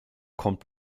kommt